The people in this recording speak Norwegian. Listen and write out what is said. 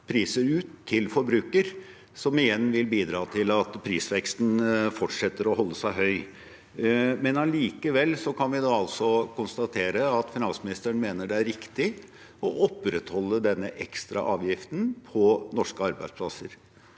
priser ut til forbruker, som igjen vil bidra til at prisveksten fortsetter å holde seg høy. Men allikevel kan vi konstatere at finansministeren mener det er riktig å opprettholde denne ekstraavgiften på norske arbeidsplasser.